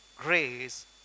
grace